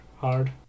hard